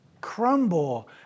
crumble